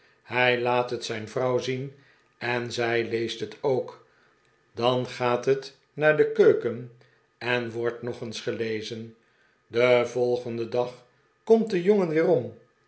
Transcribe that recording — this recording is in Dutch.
hij laat het zijn vrouw zien en zij leest het ook dan gaat het naar de keuken en wordt nog eens gelezeh den volgenden dag komt de jongen weerom